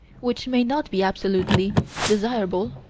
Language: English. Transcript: which may not be absolutely desirable,